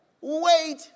Wait